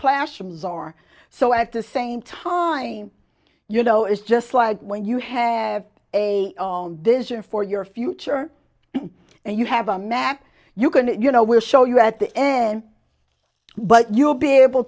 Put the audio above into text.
classrooms are so at the same time you know it's just like when you have a own vision for your future and you have a map you can you know we'll show you at the end but you'll be able